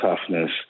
toughness